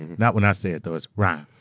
not when i say it though, it's ryan.